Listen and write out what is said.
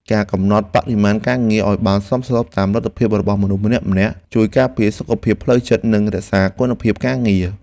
ការកំណត់បរិមាណការងារឱ្យបានសមស្របតាមលទ្ធភាពរបស់មនុស្សម្នាក់ៗ ជួយការពារសុខភាពផ្លូវចិត្តនិងរក្សាគុណភាពការងារ។